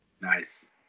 Nice